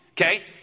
Okay